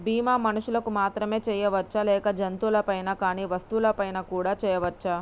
బీమా మనుషులకు మాత్రమే చెయ్యవచ్చా లేక జంతువులపై కానీ వస్తువులపై కూడా చేయ వచ్చా?